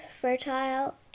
fertile